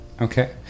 Okay